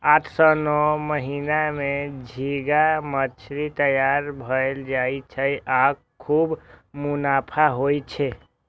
आठ सं नौ महीना मे झींगा माछ तैयार भए जाय छै आ खूब मुनाफा होइ छै